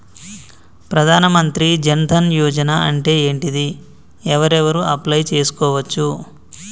ప్రధాన మంత్రి జన్ ధన్ యోజన అంటే ఏంటిది? ఎవరెవరు అప్లయ్ చేస్కోవచ్చు?